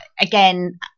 again